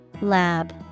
Lab